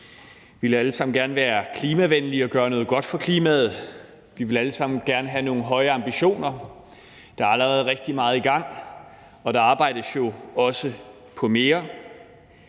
vi vil alle sammen gerne være klimavenlige og gøre noget godt for klimaet; vi vil alle sammen gerne have nogle høje ambitioner. Der er allerede rigtig meget i gang, og der arbejdes jo også på mere,